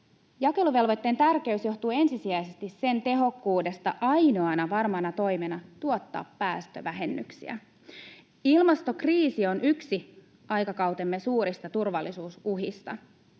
Jakeluvelvoitteen tärkeys johtuu ensisijaisesti sen tehokkuudesta ainoana varmana toimena tuottaa päästövähennyksiä. Ilmastokriisi on yksi aikakautemme suurista turvallisuusuhista,